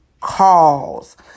calls